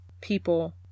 people